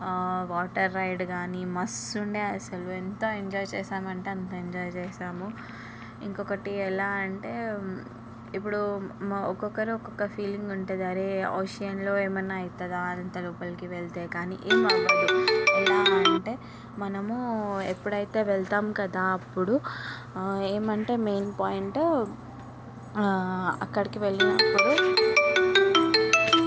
water ride కానీ మస్తుండే అసలు ఎంత ఎంజాయ్ చేసామంటే అంత ఎంజాయ్ చేసాము ఇంకొకటి ఎలా అంటే ఇప్పుడు ఒక్కొక్కరు ఒక్కొక్క ఫీలింగ్ ఉంటుంది అరే ఓషన్లో ఏమైనా అవుతుందా అంత లోపలికి వెళ్తే కానీ ఏమవ్వదు ఎలా అంటే మనము ఎప్పుడైతే వెళ్తాం కదా అప్పుడు ఏమంటే మెయిన్ పాయింట్ అక్కడికి వెళ్ళినప్పుడు